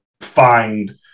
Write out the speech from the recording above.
find